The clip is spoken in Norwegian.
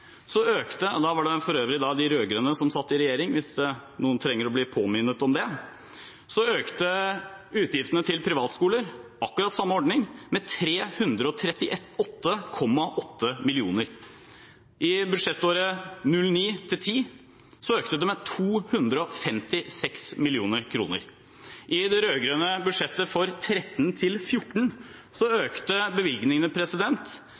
da var det for øvrig de rød-grønne som satt i regjering, hvis noen trenger å bli minnet om det – økte utgiftene til privatskoler, som er akkurat samme ordning, med 338,8 mill. kr. I budsjettåret 2009–2010 økte det med 256 mill. kr. I det rød-grønne budsjettet for 2013–2014 økte bevilgningene til privatskoler med 380 mill. kr – en rekordhøy økning. Så